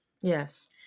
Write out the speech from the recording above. Yes